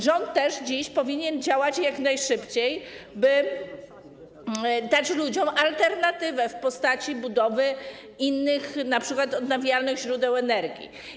Rząd dziś powinien działać jak najszybciej, by dać ludziom alternatywę w postaci budowy innych, np. odnawialnych źródeł energii.